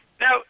Now